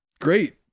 Great